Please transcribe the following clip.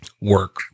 work